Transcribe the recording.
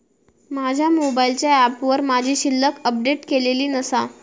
माझ्या मोबाईलच्या ऍपवर माझी शिल्लक अपडेट केलेली नसा